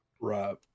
Right